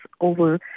over